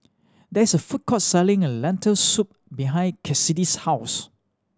there is a food court selling a Lentil Soup behind Kassidy's house